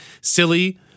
silly